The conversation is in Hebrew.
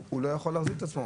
הוא לא יכול להחזיק את עצמו,